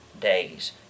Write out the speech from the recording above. days